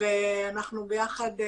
ואנחנו ביחד,